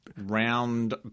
Round